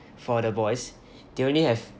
for the boys they only have